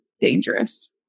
dangerous